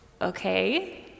Okay